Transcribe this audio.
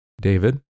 David